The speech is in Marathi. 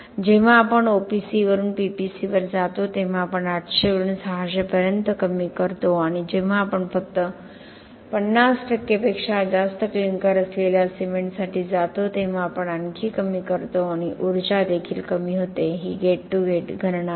जेव्हा आपण OPC वरून PPC वर जातो तेव्हा आपण 800 वरून 600 पर्यंत कमी करतो आणि जेव्हा आपण फक्त 50 पेक्षा जास्त क्लिंकर असलेल्या सिमेंटसाठी जातो तेव्हा आपण आणखी कमी करतो आणि ऊर्जा देखील कमी होते ही गेट टू गेट गणना आहे